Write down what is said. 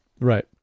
Right